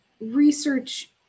research